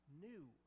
new